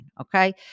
Okay